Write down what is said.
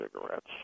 cigarettes